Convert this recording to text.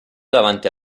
davanti